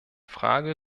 frage